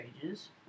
pages